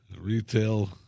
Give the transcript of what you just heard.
retail